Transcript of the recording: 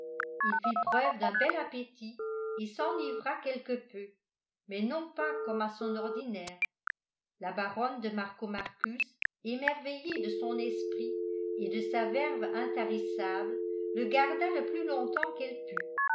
il fit preuve d'un bel appétit et s'enivra quelque peu mais non pas comme à son ordinaire la baronne de marcomarcus émerveillée de son esprit et de sa verve intarissable le garda le plus longtemps qu'elle put